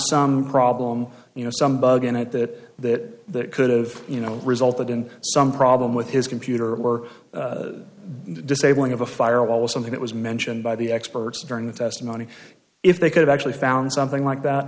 some problem you know some bug in it that that could've you know resulted in some problem with his computer or disabling of a firewall or something that was mentioned by the experts during the testimony if they could actually found something like that